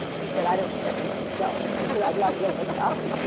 he said, i don't care for myself in there, but i'd like to have a copy.